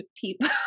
people